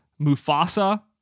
Mufasa